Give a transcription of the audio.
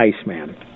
iceman